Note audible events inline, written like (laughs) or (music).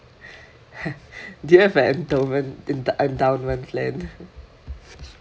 (laughs) do you have an endomen~ endowment plan